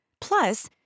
Plus